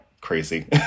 crazy